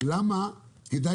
למה כדאי